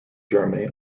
germany